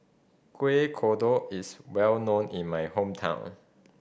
Kuih Kodok is well known in my hometown